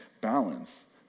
balance